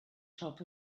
top